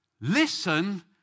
listen